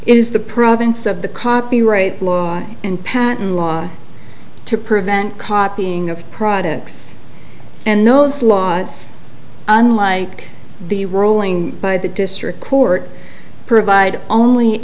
it is the province of the copyright law and patent law to prevent copying of products and those laws unlike the rolling by the district court provide only